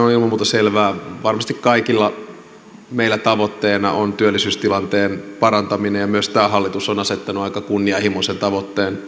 muuta selvää että varmasti kaikilla meillä tavoitteena on työllisyystilanteen parantaminen ja myös tämä hallitus on asettanut aika kunnianhimoisen tavoitteen